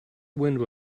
window